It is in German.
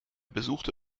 besuchte